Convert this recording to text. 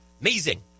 Amazing